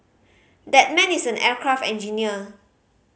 that man is an aircraft engineer